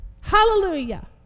Hallelujah